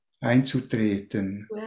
einzutreten